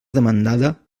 demandada